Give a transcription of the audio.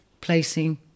placing